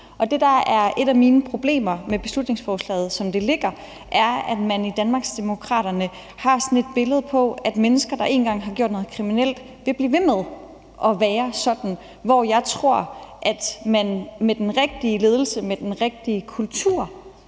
et af mine problemer med beslutningsforslaget, som det ligger, er, at man i Danmarksdemokraterne har sådan et billede af, at mennesker, der en gang har gjort noget kriminelt, vil blive ved med at være sådan, hvorimod jeg tror, at man med den rigtige ledelse, med den rigtige kultur,